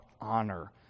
honor